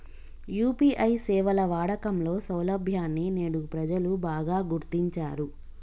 UPI సేవల వాడకంలో సౌలభ్యాన్ని నేడు ప్రజలు బాగా గుర్తించారు